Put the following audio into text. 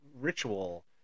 ritual